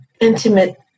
intimate